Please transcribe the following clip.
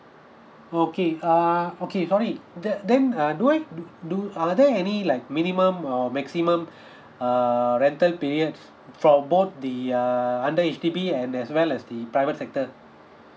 okay uh okay sorry the~ then err do I do do are there any like minimum or maximum err rental period from both the uh under H_D_B and as well as the private sector